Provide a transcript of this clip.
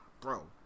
Bro